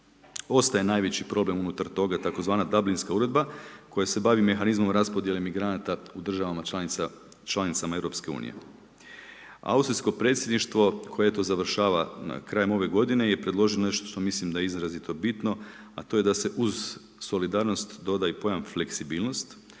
ostaje najveći problem unutar toga tzv. Dablinska Uredba koja se bavi mehanizmom raspodjele migranata u državama članicama EU. Austrijsko predsjedništvo koje eto završava krajem ove godine je predloženo nešto što mislim da je izrazito bitno, a to je da se uz solidarnost doda i pojam fleksibilnost